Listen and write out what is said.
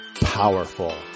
powerful